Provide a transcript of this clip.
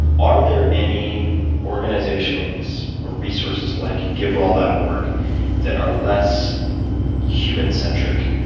are there any organizations or resources like givewell dot org that are less human-centric?